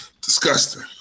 disgusting